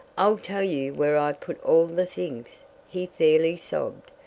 i'll tell you where i put all the things he fairly sobbed,